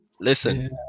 listen